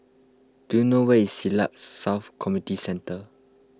do you know where is Siglap South Community Centre